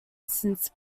since